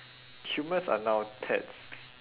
humans are now pets